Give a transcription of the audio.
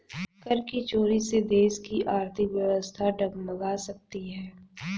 कर की चोरी से देश की आर्थिक व्यवस्था डगमगा सकती है